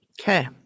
Okay